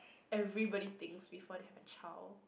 everybody thinks before they have a child